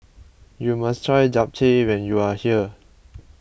you must try Japchae when you are here